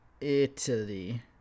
Italy